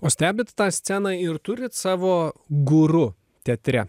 o stebit tą sceną ir turit savo guru teatre